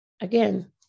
Again